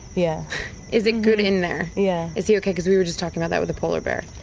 yeah is it good in there? yeah is he ok? because we were just talking about that with the polar bear.